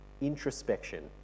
introspection